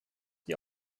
die